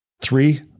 Three